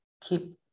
keep